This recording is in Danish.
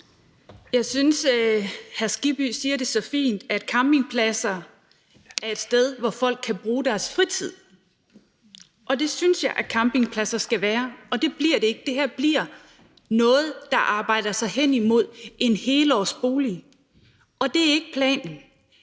Jeg synes, at hr. Hans Kristian Skibby siger det så fint: at campingpladser er steder, hvor folk kan bruge deres fritid. Det synes jeg at campingpladser skal være, og det bliver de ikke med det her. Det her er noget, der arbejder sig hen imod en helårsbolig, og det er ikke planen.